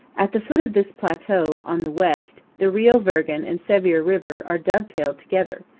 at the foot of this plateau, on the west, the rio virgen and sevier river are dovetailed together,